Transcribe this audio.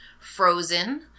Frozen